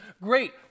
Great